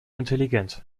intelligent